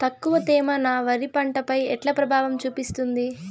తక్కువ తేమ నా వరి పంట పై ఎట్లా ప్రభావం చూపిస్తుంది?